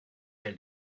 ciel